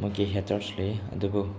ꯃꯣꯏꯒꯤ ꯍꯦꯠꯇ꯭ꯔꯁ ꯂꯩꯌꯦ ꯑꯗꯨꯕꯨ